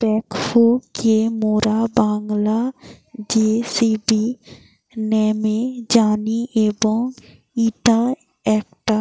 backhoe কে মোরা বাংলায় যেসিবি ন্যামে জানি এবং ইটা একটা